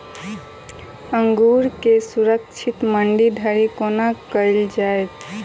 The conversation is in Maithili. अंगूर केँ सुरक्षित मंडी धरि कोना लकऽ जाय?